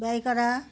গাইকড়া